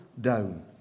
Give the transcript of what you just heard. down